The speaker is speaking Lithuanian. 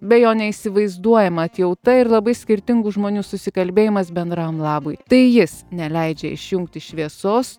be jo neįsivaizduojama atjauta ir labai skirtingų žmonių susikalbėjimas bendram labui tai jis neleidžia išjungti šviesos